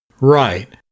Right